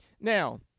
Now